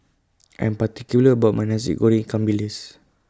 I'm particular about My Nasi Goreng Ikan Bilis